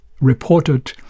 reported